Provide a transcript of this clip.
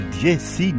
Jesse